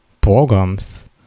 programs